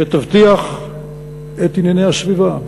שתבטיח את ענייני הסביבה,